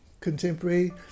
contemporary